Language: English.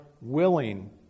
willing